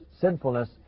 sinfulness